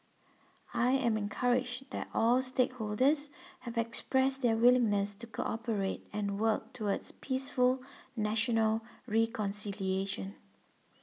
I am encouraged that all stakeholders have expressed their willingness to cooperate and work towards peaceful national reconciliation